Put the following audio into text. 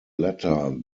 latter